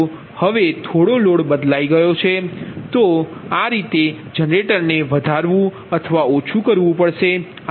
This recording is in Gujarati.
તેથી કુદરતી રીતે આ જનરેટરને વધારવું અથવા ઓછું કરવું પડશે